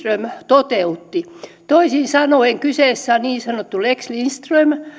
toteutti toisin sanoen kyseessä on niin sanottu lex lindström